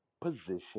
position